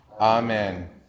Amen